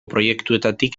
proiektuetatik